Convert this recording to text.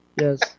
Yes